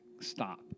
stop